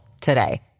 today